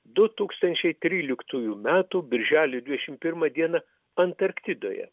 du tūkstančiai tryliktųjų metų birželio dvidešim pirmą dieną antarktidoje